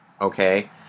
okay